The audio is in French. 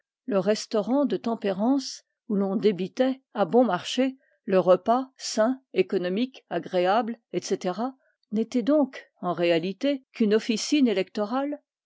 le restaurant de tempérance où l'on débitait à bon marché le repas sain économique agréable etc n'étaient donc en réalité qu'une officine électorale